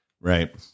Right